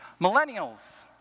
Millennials